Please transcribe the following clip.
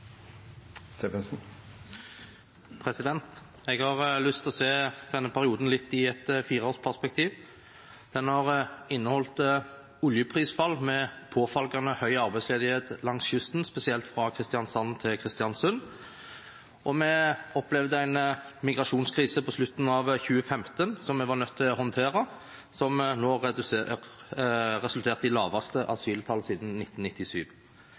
Jeg har lyst til å se denne perioden litt i et fireårsperspektiv. Den har inneholdt oljeprisfall, med påfølgende høy arbeidsledighet langs kysten, spesielt fra Kristiansand til Kristiansund. Vi opplevde en migrasjonskrise på slutten av 2015 som vi var nødt til å håndtere, som har resultert i laveste asyltall siden 1997.